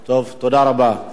ואכן הממשלה מתנגדת.